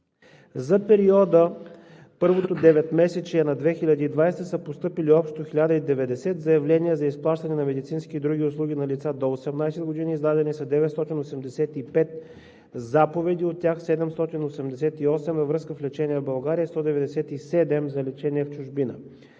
на първото 9-месечие на 2020 г. са постъпили общо 1090 заявления за заплащане на медицински и други услуги на лица до 18 години. Издадени са 985 заповеди, от тях 788 във връзка с лечение в България и 197 – за лечение в чужбина.